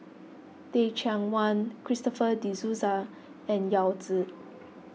Teh Cheang Wan Christopher De Souza and Yao Zi